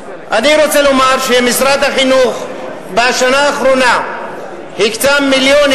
אני רוצה לומר שמשרד החינוך בשנה האחרונה הקצה מיליונים